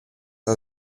are